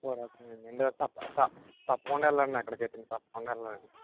తప్పకుండా వెళ్ళాలండి అక్కడికి అయితేనండి తప్పకుండా వెళ్ళాలండి